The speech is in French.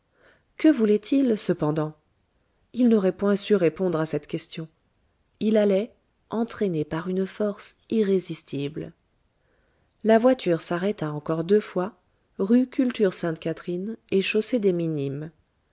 que voulait-il cependant il n'aurait point su répondre à cette question il allait entraîné par une force irrésistible la voiture s'arrêta encore deux fois rue culture sainte catherine et chaussée des minimes